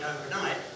overnight